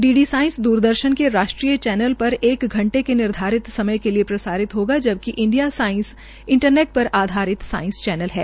D D science Doordarshan के राष्ट्रीय channel पर एक घंटे के निर्धारित समय के लिये प्रसारित हाणा जबकि इंडिया सांइस इंटरनेट पर आधारित सांइस चैनल है